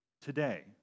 today